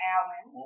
Alan